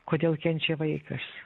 kodėl kenčia vaikas